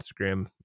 instagram